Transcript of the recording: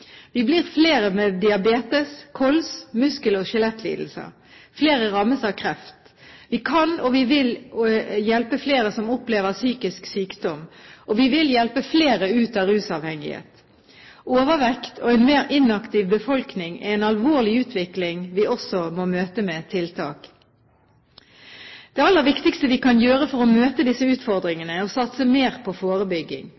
Vi blir flere med diabetes, kols og muskel- og skjelettlidelser. Flere rammes av kreft. Vi kan og vil hjelpe flere som opplever psykisk sykdom, og vi vil hjelpe flere ut av rusavhengighet. Overvekt og en mer inaktiv befolkning er en alvorlig utvikling vi også må møte med tiltak. Det aller viktigste vi kan gjøre for å møte disse